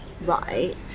right